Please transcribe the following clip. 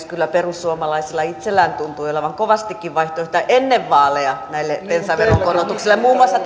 kyllä perussuomalaisilla itsellään tuntui olevan kovastikin vaihtoehtoja ennen vaaleja näille bensaveron korotuksille te halusitte muun muassa